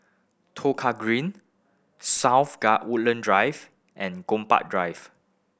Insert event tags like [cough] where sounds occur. [unintelligible] Kong Green South [unintelligible] Woodland Drive and Gombak Drive